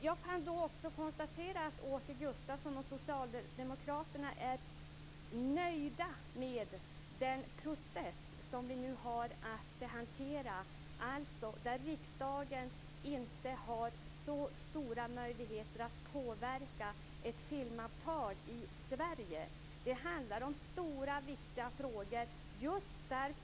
Jag kan också konstatera att Åke Gustavsson och socialdemokraterna är nöjda med den process som vi nu har att hantera, där riksdagen alltså inte har så stora möjligheter att påverka ett filmavtal i Sverige. Det handlar om stora och viktiga frågor.